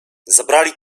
zabrali